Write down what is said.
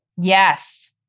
Yes